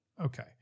Okay